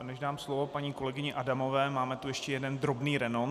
Než dám slovo paní kolegyni Adamové, máme tam ještě jeden drobný renonc.